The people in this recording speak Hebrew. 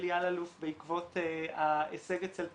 אלי אלאלוף בעקבות ההישג אצל תמר,